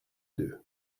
deux